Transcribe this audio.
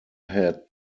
had